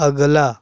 अगला